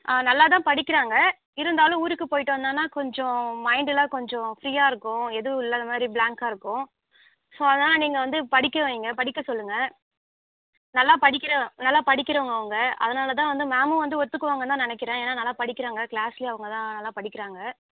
ஆ நல்லாதான் படிக்கிறாங்க இருந்தாலும் ஊருக்கு போயிவிட்டு வந்தானா கொஞ்சம் மைண்டெல்லாம் கொஞ்சம் ஃபிரீயாக இருக்கும் எதுவும் இல்லாதமாதிரி பிளாங்காக இருக்கும் ஸோ அதனால் நீங்கள் வந்து படிக்க வைங்க படிக்க சொல்லுங்கள் நல்லா படிக்கிற நல்லா படிக்கிறவங்க அவங்க அதனால தான் வந்து மேமும் வந்து ஒத்துக்குவாங்கன்னு தான் நினக்கிறேன் ஏன்னா நல்லா படிக்கிறாங்க கிளாஸ்ல அவங்க தான் நல்லா படிக்கிறாங்க